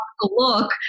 look